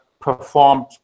performed